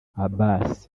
abbas